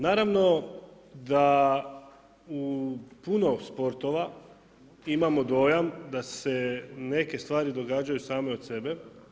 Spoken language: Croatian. Naravno, da u puno sportova, imamo dojam, da se neke stvari događaju same od sebe.